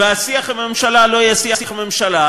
והשיח עם הממשלה לא יהיה שיח עם הממשלה,